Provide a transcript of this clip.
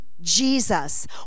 Jesus